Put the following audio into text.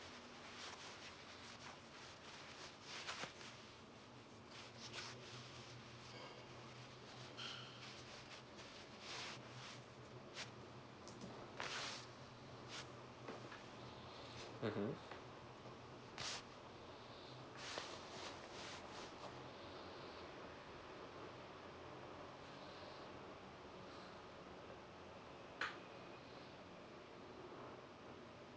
mmhmm